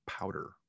powder